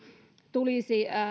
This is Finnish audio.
tulisi